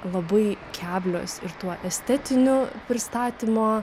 labai keblios ir tuo estetiniu pristatymo